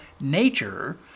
Nature